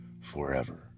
forever